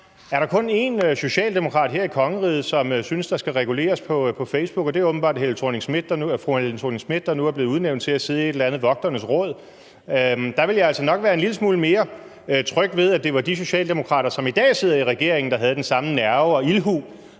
Der er kun én socialdemokrat her i kongeriget, som synes, der skal reguleres på Facebook, og det er åbenbart fru Helle Thorning-Schmidt, der nu er blevet udnævnt til at sidde i et eller andet vogternes råd, men der ville jeg altså nok være en lille smule mere tryg ved, at det var de socialdemokrater, som i dag sidder i regering, der havde den samme nerve og ildhu